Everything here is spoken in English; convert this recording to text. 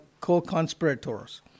co-conspirators